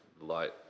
light